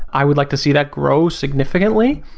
i would like to see that grow significantly.